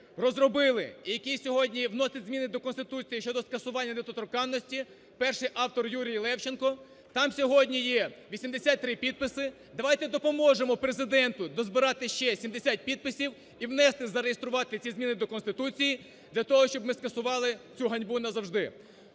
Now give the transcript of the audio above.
розробили і який сьогодні вносить зміни до Конституції щодо скасування недоторканності. Перший – автор Юрій Левченко, там сьогодні є 83 підписи. Давайте допоможемо Президенту дозбирати ще 70 підписів і внести, зареєструвати ці зміни до Конституції для того, щоб ми скасували цю ганьбу назавжди.